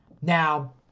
Now